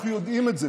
אנחנו יודעים את זה.